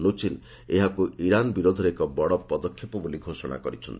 ନୁଚିନ୍ ଏହାକୁ ଇରାନ୍ ବିରୋଧରେ ଏକ ବଡ଼ ପଦକ୍ଷେପ ବୋଲି ଘୋଷଣା କରିଛନ୍ତି